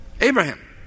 Abraham